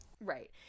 Right